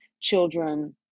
children